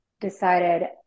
decided